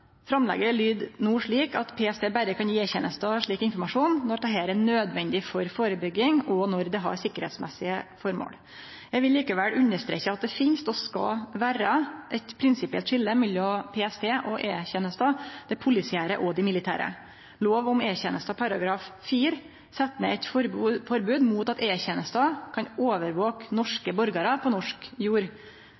Framlegget lyder no slik at PST berre kan gje E-tenesta slik informasjon «dersom det er nødvendig for forebyggelses- og sikkerhetsmessige formål». Eg vil likevel understreke at det finst og skal vere eit prinsipielt skilje mellom PST og E-tenesta, det polisiære og det militære. Lov om E-tenesta § 4 set eit forbod mot at E-tenesta kan overvake norske borgarar på norsk